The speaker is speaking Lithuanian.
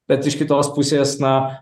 bet iš kitos pusės na